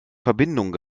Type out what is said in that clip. verbindungen